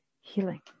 healing